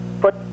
put